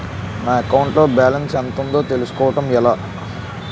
నా అకౌంట్ లో బాలన్స్ ఎంత ఉందో తెలుసుకోవటం ఎలా?